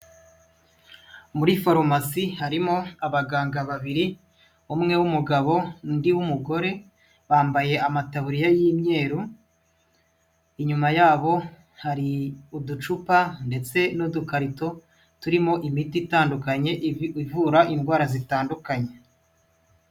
Muri Pharmacy harimo abaganga babiri ,umwe w'umugabo, undi n'umugore, bambaye amataburiya y'imyeru ,inyuma yabo hari uducupa, ndetse n'udukarito turimo imiti itandukanye ivura indwara zitandukanye.